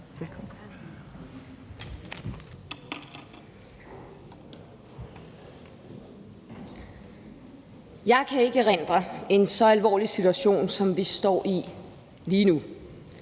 Jeg kan ikke erindre en så alvorlig situation som den, vi står i lige nu.